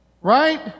Right